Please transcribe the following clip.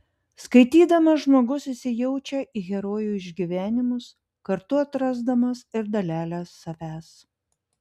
skaitydamas žmogus įsijaučia į herojų išgyvenimus kartu atrasdamas ir dalelę savęs